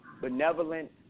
benevolent